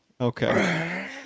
okay